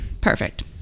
Perfect